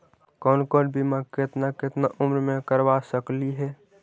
कौन कौन बिमा केतना केतना उम्र मे करबा सकली हे?